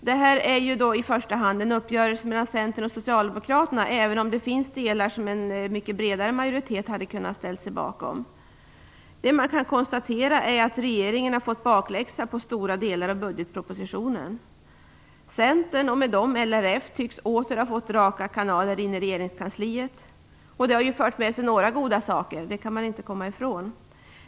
Det här är ju i första hand en uppgörelse mellan Centern och Socialdemokraterna, även om det finns delar som en mycket bredare majoritet hade kunnat ställa sig bakom. Det man kan konstatera är att regeringen har fått bakläxa på stora delar av budgetpropositionen. Centern och med dem LRF tycks åter ha fått raka kanaler in i regeringskansliet. Det har fört med sig några goda saker - det kan man inte komma ifrån.